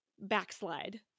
backslide